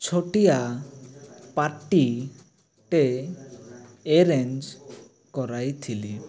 ଛୋଟିଆ ପାର୍ଟିଟେ ଏରେଞ୍ଜ କରାଇ ଥିଲି